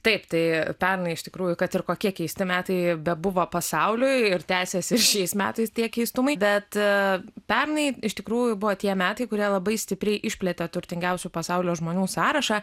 taip tai pernai iš tikrųjų kad ir kokie keisti metai bebuvo pasauliui ir tęsiasi ir šiais metais tie keistumai bet pernai iš tikrųjų buvo tie metai kurie labai stipriai išplėtė turtingiausių pasaulio žmonių sąrašą